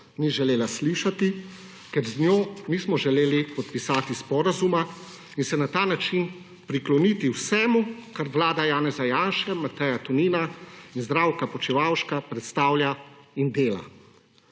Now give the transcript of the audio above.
ni želela slišati, ker z njo nismo želeli podpisati sporazuma in se na ta način prikloniti vsemu, kar vlada Janeza Janše, Mateja Tonina in Zdravka Počivalška predstavlja in dela.